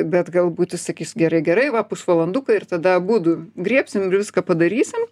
bet galbūt jis sakys gerai gerai va pusvalanduką ir tada abudu griebsim ir viską padarysim